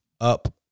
up